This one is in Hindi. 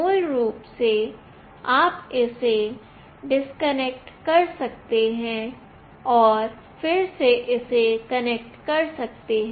मूल रूप से आप इसे डिस्कनेक्ट कर सकते हैं और फिर से इसे कनेक्ट कर सकते हैं